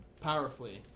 powerfully